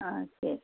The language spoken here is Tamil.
ஆ சரி